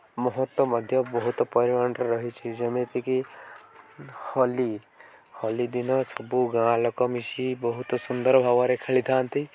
ମହତ୍ଵ ମଧ୍ୟ ବହୁତ ପରିମାଣରେ ରହିଛିି ଯେମିତିକି ହୋଲି ହୋଲି ଦିନ ସବୁ ଗାଁ ଲୋକ ମିଶି ବହୁତ ସୁନ୍ଦର ଭାବରେ ଖେଳିଥାନ୍ତି